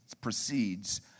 proceeds